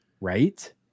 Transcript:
Right